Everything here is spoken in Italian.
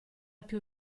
più